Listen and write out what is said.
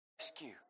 rescue